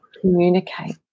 communicate